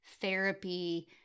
therapy